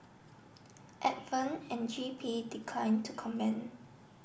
advent and G P declined to comment